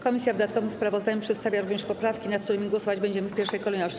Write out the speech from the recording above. Komisja w dodatkowym sprawozdaniu przedstawia również poprawki, nad którymi głosować będziemy w pierwszej kolejności.